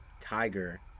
Tiger